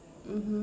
mmhmm